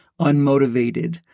unmotivated